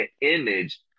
image